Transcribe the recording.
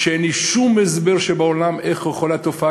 שאין לי שום הסבר שבעולם איך יכולה תופעה